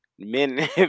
Men